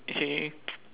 actually